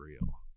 real